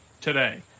today